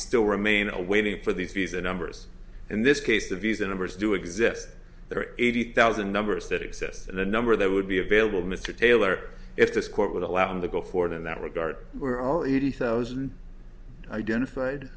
still remain awaiting for these fees and numbers in this case the visa numbers do exist there are eighty thousand numbers that exist and the number that would be available mr taylor if this court would allow them to go forward in that regard were all eighty thousand identified